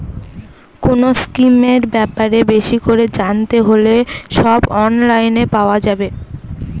কোনো স্কিমের ব্যাপারে বেশি করে জানতে হলে সব অনলাইনে পাওয়া যাবে